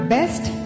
Best